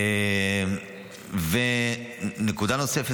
ונקודה נוספת,